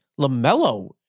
Lamelo